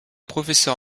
professeur